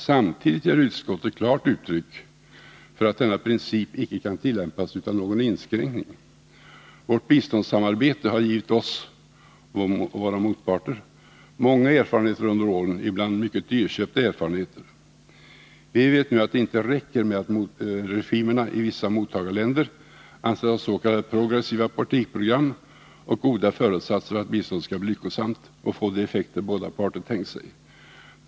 Samtidigt ger utskottet klart uttryck för att denna princip icke kan tillämpas utan någon inskränkning. Vårt biståndssamarbete har givit oss — och våra motparter — många erfarenheter under åren, ibland mycket dyrköpta erfarenheter. Vi vet nu att det inte räcker med att regimerna i vissa mottagarländer anses ha s.k. progressiva partiprogram och goda föresatser för att biståndet skall bli lyckosamt och få de effekter båda parter tänkt sig.